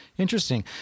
interesting